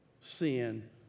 sin